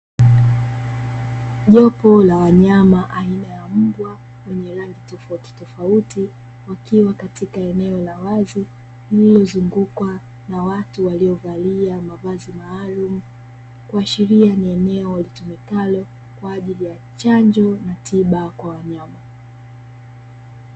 Jopo la wanyama aina ya mbwa wenye rangi tofautitofauti, wakiwa katika eneo la wazi lililozungukwa na watu waliovalia mavazi maalumu. Kuashiria ni eneo litumikalo kwa ajili ya chanjo na tiba kwa wanyama.